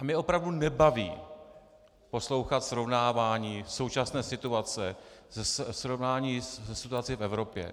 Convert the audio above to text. Mě opravdu nebaví poslouchat srovnávání současné situace, srovnání se situací v Evropě.